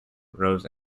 rose